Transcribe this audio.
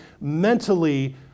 mentally